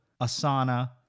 Asana